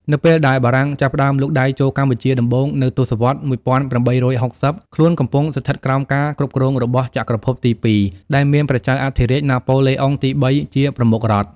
នៅពេលដែលបារាំងចាប់ផ្ដើមលូកដៃចូលកម្ពុជាដំបូងនៅទសវត្សរ៍ ១៨៦០ ខ្លួនកំពុងស្ថិតក្រោមការគ្រប់គ្រងរបស់ ចក្រភពទីពីរ ដែលមានព្រះចៅអធិរាជ ណាប៉ូឡេអុងទី៣ ជាប្រមុខរដ្ឋ។